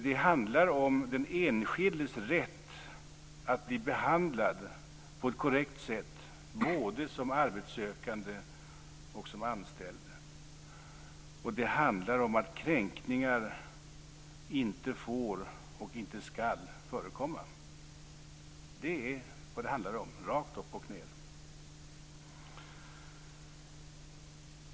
Det handlar om den enskildes rätt att bli behandlad på ett korrekt sätt både som arbetssökande och som anställd. Det handlar om att kränkningar inte får och inte skall förekomma. Det är vad det handlar om rakt upp och ned.